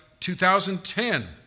2010